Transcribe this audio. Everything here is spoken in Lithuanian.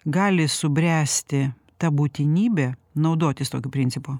gali subręsti ta būtinybė naudotis tokiu principu